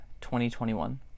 2021